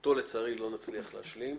אותו לצערי לא נצליח להשלים.